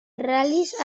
ral·lis